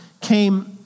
came